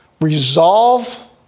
Resolve